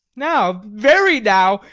now, very now,